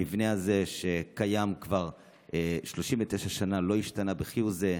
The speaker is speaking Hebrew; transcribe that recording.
המבנה הזה קיים כבר 39 שנים ולא השתנה כהוא זה.